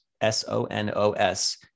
s-o-n-o-s